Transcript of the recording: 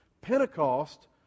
Pentecost